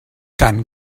tant